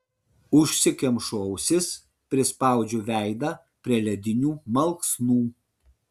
užsikemšu ausis prispaudžiu veidą prie ledinių malksnų